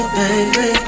baby